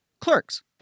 Clerks